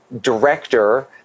director